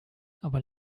aber